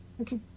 Okay